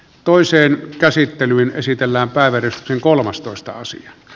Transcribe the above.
toiseen käsittelyyn esitellään päivä ristin kolmastoista sija